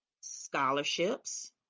scholarships